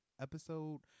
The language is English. episode